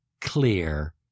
clear